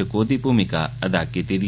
टकोह्दी भूमिका अदा कीती ही